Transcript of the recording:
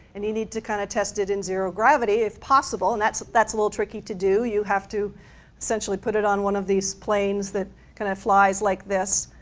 and you need to kind of test it in zero gravity if possible, and that is a little tricky to do. you have to essentially put it on one of these planes that kind of flies like this.